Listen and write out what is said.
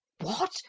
What